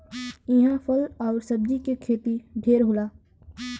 इहां फल आउर सब्जी के खेती ढेर होला